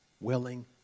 willing